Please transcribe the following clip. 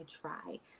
try